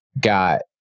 got